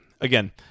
again